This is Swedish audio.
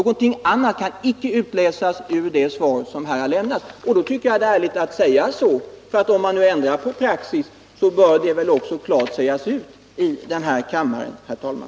Någonting annat kan icke utläsas ur det svar som här har lämnats, och därför tycker jag det är ärligt att säga så, för om man ändrar praxis bör det väl klart sägas ut i denna kammare, herr talman.